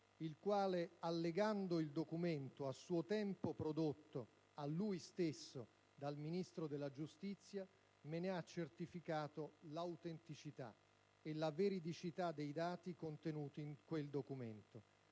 il quale, allegando il documento a suo tempo prodotto a lui stesso dal Ministro della giustizia, me ne ha certificato l'autenticità, e la veridicità dei dati in esso contenuti.